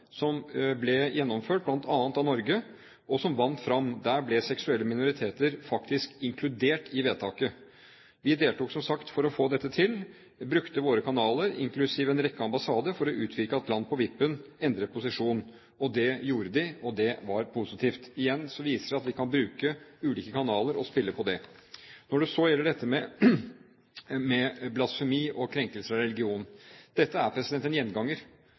som ble gjennomført, bl.a. av Norge, og som vant fram. Der ble seksuelle minoriteter faktisk inkludert i vedtaket. Vi deltok, som sagt, for å få dette til. Vi brukte våre kanaler, inklusiv en rekke ambassader, for å utvirke at land på vippen endret posisjon. Det gjorde de, og det var positivt. Igjen viser det seg at vi kan bruke ulike kanaler og spille på dem. Når det så gjelder dette med blasfemi og krenkelse av religion, er dette en gjenganger